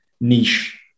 niche